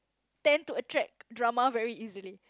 tend to attract drama very easily